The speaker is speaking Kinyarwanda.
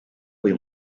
buri